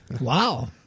Wow